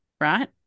right